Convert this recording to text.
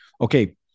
Okay